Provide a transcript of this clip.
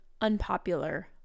unpopular